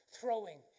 Throwing